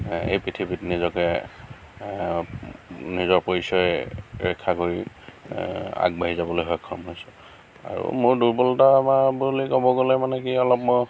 এই পৃথিৱীত নিজকে নিজৰ পৰিচয় ৰক্ষা কৰি আগবাঢ়ি যাবলৈ সক্ষম হৈছোঁ আৰু মোৰ দুৰ্বলতা বা বুলি ক'বলৈ গ'লে মানে কি অলপ মই